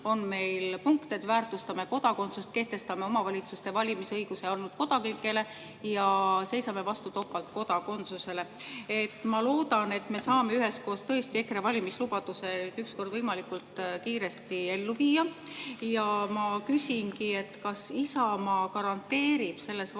on meil punkt, et me väärtustame kodakondsust, kehtestame omavalitsuste valimise õiguse ainult kodanikele ja seisame vastu topeltkodakondsusele. Ma loodan, et me saame üheskoos tõesti EKRE valimislubaduse ükskord võimalikult kiiresti ellu viia. Ja ma küsingi, kas Isamaa garanteerib selles valitsuses